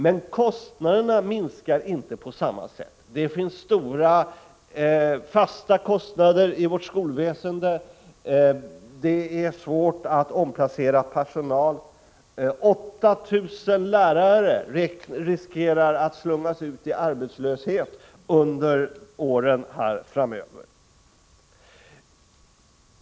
Men kostnaderna minskar inte på samma sätt. Det finns stora fasta kostnader i vårt skolväsende. Det är svårt att omplacera personal. 8 000 lärare riskerar att slungas ut i arbetslöshet under åren framöver.